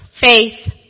faith